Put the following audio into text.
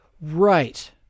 right